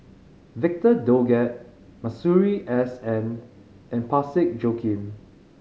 Victor Doggett Masuri S N and Parsick Joaquim